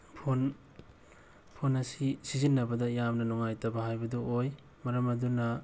phone phone ꯑꯁꯤ ꯁꯤꯖꯤꯟꯅꯕꯗ ꯌꯥꯝꯅ ꯅꯨꯡꯉꯥꯏꯇꯕ ꯍꯥꯏꯕꯗꯨ ꯑꯣꯏ ꯃꯔꯝ ꯑꯗꯨꯅ